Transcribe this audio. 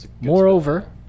Moreover